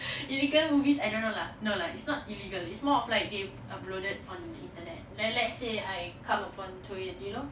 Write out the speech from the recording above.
illegal movies I don't know lah no lah it's not illegal it's more of like they uploaded on internet let let's say I come upon to it you know